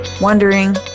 wondering